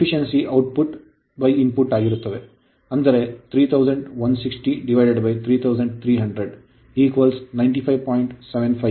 Efficiency ದಕ್ಷತೆಯು out put in put ಆಗಿರುತ್ತದೆ ಅಂದರೆ 31603300 95